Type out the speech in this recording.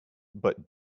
but